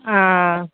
ಆಂ